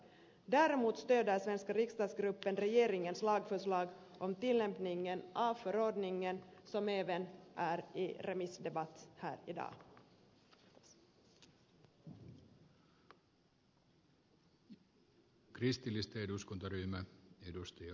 däremot stöder svenska riksdagsgruppen regeringens lagförslag om tillämpningen av förordningen som även är i remissdebatt här i dag